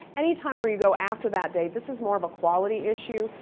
any time where you go after that date, this is more of a quality issue.